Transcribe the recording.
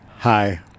Hi